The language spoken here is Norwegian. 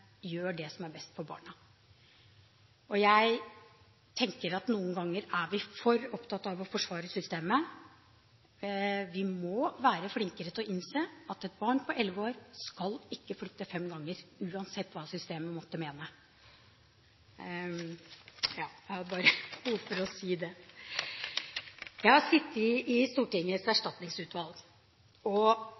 gjør det som er best for barna. Jeg tenker at noen ganger er vi for opptatt av å forsvare systemet. Vi må være flinkere til å innse at et barn på elleve år skal ikke flytte fem ganger, uansett hva systemet måtte mene. Jeg hadde bare behov for å si det. Jeg har sittet i Stortingets erstatningsutvalg.